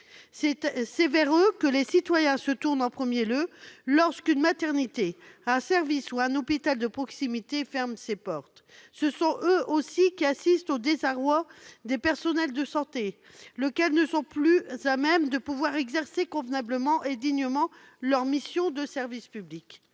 C'est vers eux que les citoyens se tournent en premier lieu lorsqu'une maternité, un service ou un hôpital de proximité ferme ses portes. Ce sont eux aussi qui constatent le désarroi des personnels de santé, qui ne sont plus à même d'exercer convenablement et dignement leur mission de service public.